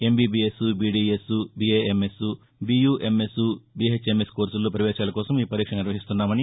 MBBS BDS BAMS BUMS BHMS కోర్సుల్లో పవేశాల కోసం ఈ పరీక్ష నిర్వహిస్తున్నామని